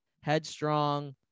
Headstrong